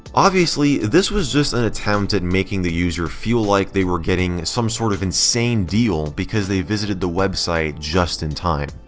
obviously, this was just an attempt at making the user feel like they were getting some sort of insane deal because they visited the website just in time.